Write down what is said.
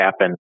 happen